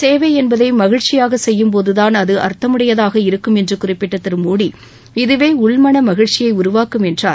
சேவை என்பதை மகிழக்சியாக செய்யும்போததான் அது அர்த்தமுடையதாக இருக்கும் என்று குறிப்பிட்ட திரு மோடி இதுவே உள்மன மகிழச்சியை உருவாக்கும் என்றார்